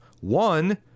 One